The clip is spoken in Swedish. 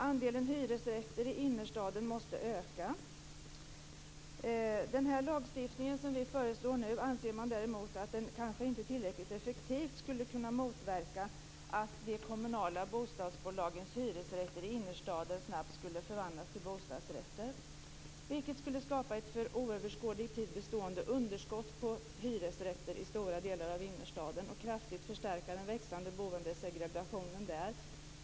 Andelen hyresrätter i innerstaden måste öka. Den lagstiftning som vi föreslår nu anser man däremot kanske inte tillräckligt effektivt skulle kunna motverka att de kommunala bostadsbolagens hyresrätter i innerstaden snabbt förvandlas till bostadsrätter. Det skulle för oöverskådligt tid skapa ett bestående underskott på hyresrätter i stora delar av innerstaden och kraftigt förstärka den växande boendesegregationen där.